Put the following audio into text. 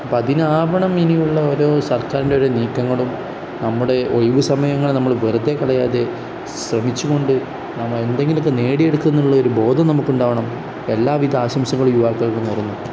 അപ്പം അതിനാവണം ഇനിയുള്ള ഓരോ സർക്കാരിൻ്റെ ഒരോ നീക്കങ്ങളും നമ്മുടെ ഒഴിവ് സമയങ്ങളെ നമ്മള് വെറുതെ കളാതെ ശ്രമിച്ചു കൊൊണ്ട് നമ്മൾ എന്തെങ്കിലൊക്കെ നേടിയെടുക്കുന്നുുള്ള ഒരു ബോധം നമുക്കുണ്ടാവണം എല്ലാ വിധ ആശംസങ്ങളും യുവാക്കൾക്ക് നേരുന്നു